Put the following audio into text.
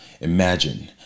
Imagine